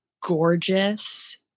gorgeous